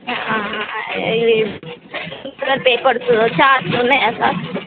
ఇవి sir papers charts ఉన్నాయా sir